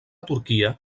turquia